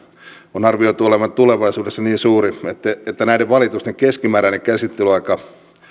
on arvioitu olevan tulevaisuudessa niin suuri että näiden valitusten keskimääräinen käsittelyaika